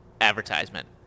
advertisement